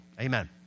Amen